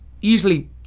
usually